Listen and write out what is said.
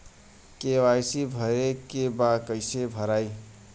KYC भरे के बा कइसे भराई?